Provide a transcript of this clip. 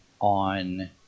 on